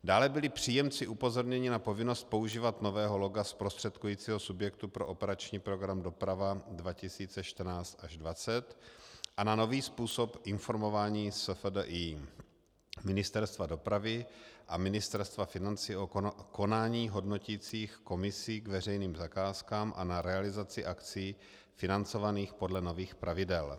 Dále byli příjemci upozorněni na povinnost používat nového loga zprostředkujícího subjektu pro operační program Doprava 2014 až 2020 a na nový způsob informování SFDI Ministerstva dopravy a Ministerstva financí o konání hodnoticích komisí k veřejným zakázkám a na realizaci akcí financovaných podle nových pravidel.